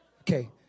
Okay